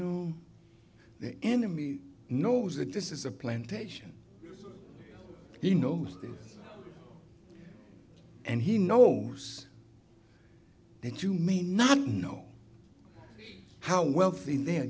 know the enemy knows that this is a plantation he knows and he knows that you may not know how wealthy they're